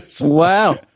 Wow